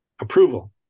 approval